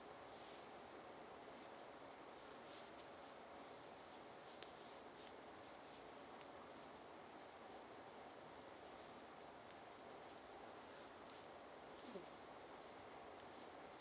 mm